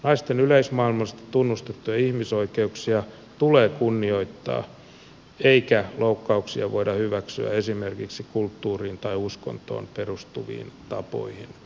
naisten yleismaailmallisesti tunnustettuja ihmisoikeuksia tulee kunnioittaa eikä loukkauksia voida hyväksyä esimerkiksi kulttuuriin tai uskontoon perustuviin tapoihin vedoten